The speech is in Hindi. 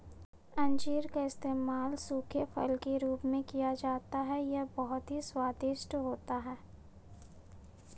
अंजीर का इस्तेमाल सूखे फल के रूप में किया जाता है यह बहुत ही स्वादिष्ट होता है